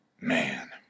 man